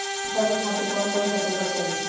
पता के खातिर कौन कौन सा पेपर चली?